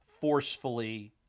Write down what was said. forcefully